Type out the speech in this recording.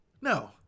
No